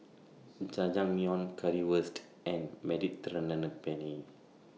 Jajangmyeon Currywurst and Mediterranean Penne